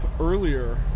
earlier